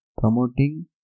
promoting